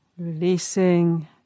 Releasing